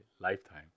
lifetime